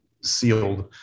sealed